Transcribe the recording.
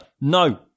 No